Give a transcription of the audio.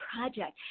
project